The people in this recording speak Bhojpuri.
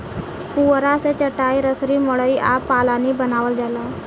पुआरा से चाटाई, रसरी, मड़ई आ पालानी बानावल जाला